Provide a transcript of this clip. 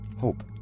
Hope